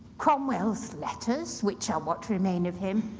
cromwell's letters, which are what remain of him,